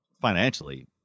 financially